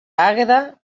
àgueda